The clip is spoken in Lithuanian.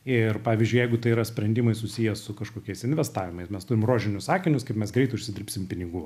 ir pavyzdžiui jeigu tai yra sprendimai susiję su kažkokiais investavimais mes turim rožinius akinius kaip mes greit užsidirbsim pinigų